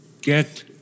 get